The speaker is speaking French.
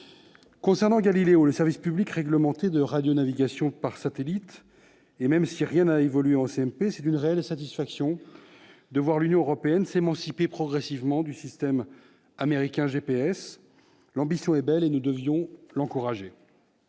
Concernant Galileo, le service public réglementé de radionavigation par satellite, et même si rien n'a évolué en commission mixte paritaire, c'est une réelle satisfaction de voir l'Union européenne s'émanciper progressivement du système GPS américain. L'ambition est belle, nous devions l'encourager.